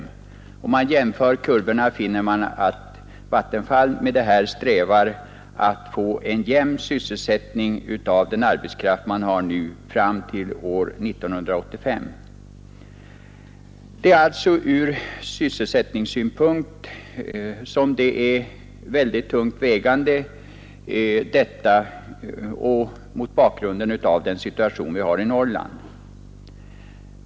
Om man jämför kurvorna finner man, att Vattenfall eftersträvat att få en jämn sysselsättning fram till år 1985 av den arbetskraft man har nu. Det är alltså ur sysselsättningssynpunkt som detta är mycket tungt vägande, mot bakgrunden av den situation vi har i Norrland.